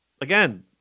Again